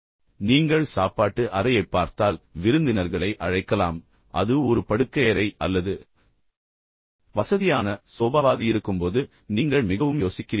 எனவே நீங்கள் சாப்பாட்டு அறையைப் பார்த்தால் விருந்தினர்களை அழைக்கலாம் ஆனால் அது ஒரு படுக்கையறை அல்லது வசதியான சோபாவாக இருக்கும்போது நீங்கள் மிகவும் யோசிக்கிறீர்கள்